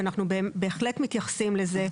ואנחנו בהחלט מתייחסים לזה.